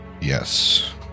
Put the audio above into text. Yes